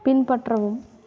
பின்பற்றவும்